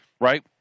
Right